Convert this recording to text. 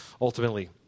ultimately